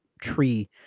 tree